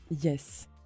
Yes